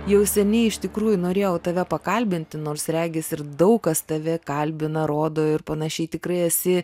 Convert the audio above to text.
jau seniai iš tikrųjų norėjau tave pakalbinti nors regis ir daug kas tave kalbina rodo ir panašiai tikrai esi